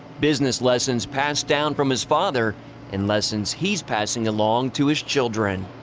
business lessons passed down from his father and lessons he's passing along to his children.